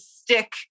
stick